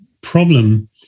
problem